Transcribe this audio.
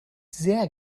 sehr